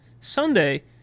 Sunday